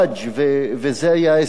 וזה היה ההסבר שלו.